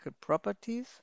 properties